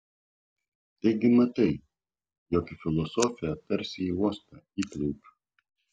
taigi matai jog į filosofiją tarsi į uostą įplaukiu